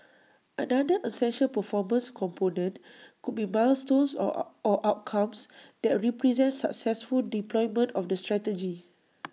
another essential performance component could be milestones or or outcomes that represent successful deployment of the strategy